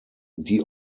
die